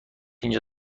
اینجا